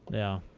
yeah.